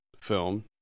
film